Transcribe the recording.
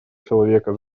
человека